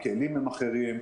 הכלים אחרים,